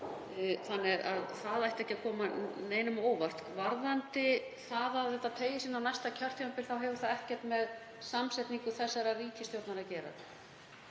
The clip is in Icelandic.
þannig að það ætti ekki að koma neinum á óvart. Varðandi það að tímaramminn teygi sig inn á næsta kjörtímabil þá hefur það ekkert með samsetningu þessarar ríkisstjórnar að gera.